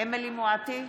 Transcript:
אמילי חיה מואטי,